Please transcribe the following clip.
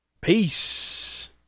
Peace